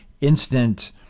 instant